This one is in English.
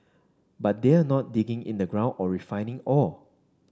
but they're not digging in the ground or refining ore